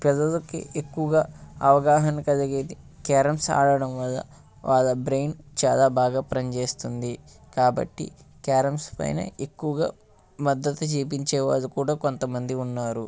పిల్లలకు ఎక్కువగా అవగాహన కలిగేది క్యారమ్స్ ఆడడంవల్ల వాళ్ళ బ్రెయిన్ చాలా బాగా పనిచేస్తుంది కాబట్టి క్యారమ్స్ పైన ఎక్కువగా మద్దతు చేపించే వాళ్ళు కూడా కొంతమంది ఉన్నారు